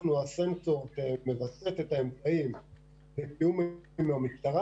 אנחנו מווסתים את האמצעים בתיאום עם המשטרה,